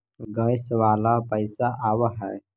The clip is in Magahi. गैस वाला पैसा आव है?